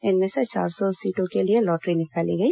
इनमें से चार सौ सीटों के लिए लॉटरी निकाली गई